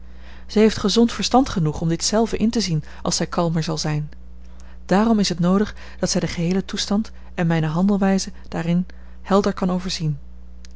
zij heeft gezond verstand genoeg om dit zelve in te zien als zij kalmer zal zijn daarom is het noodig dat zij den geheelen toestand en mijne handelwijze daarin helder kan overzien